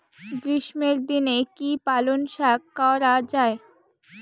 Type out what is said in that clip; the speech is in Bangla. গ্রীষ্মের দিনে কি পালন শাখ করা য়ায়?